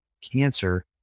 cancer